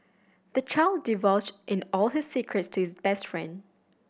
the child divulged in all his secrets to his best friend